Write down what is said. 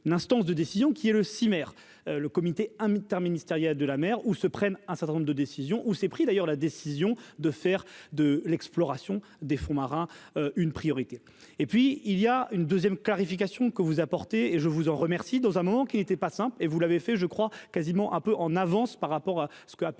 une instance de décision qui est le six, maire, le comité interministériel de la mer où se prennent un certain nombre de décisions ou ces prix d'ailleurs la décision de faire de l'exploration des fonds marins, une priorité et puis il y a une 2ème clarification que vous apportez, et je vous en remercie dans un moment qui n'était pas simple et vous l'avez fait je crois quasiment un peu en avance par rapport à ce qu'a pu